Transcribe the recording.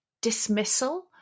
dismissal